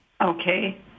okay